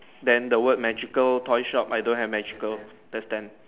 then the word magical toy shop I don't have magical that's ten